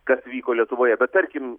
kas vyko lietuvoje bet tarkim